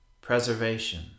preservation